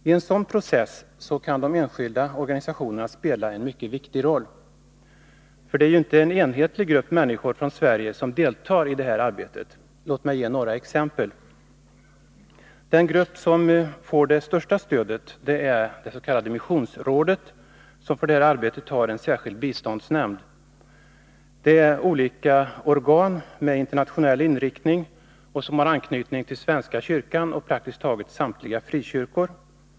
I en sådan process kan enskilda organisationer spela en viktig roll. För det är ju inte en enhetlig grupp människor från Sverige som deltar i detta arbete. Låt mig ge några exempel. Den grupp som får det största stödet är det s.k. missionsrådet, som för det här arbetet har en särskild biståndsnämnd. Det är olika organ med internationell inriktning och som har anknytning till Svenska kyrkan och praktiskt taget samtliga frikyrkor.